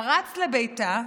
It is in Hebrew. פרץ לביתה,